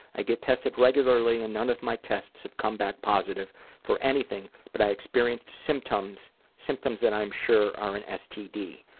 i get tested regularly, and none of my tests have come back positive for anything, but i experienced symptoms symptoms that i'm sure are an std.